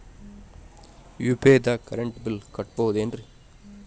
UPI ದಾಗ current bill ಕಟ್ಟಬಹುದೇನ್ರಿ?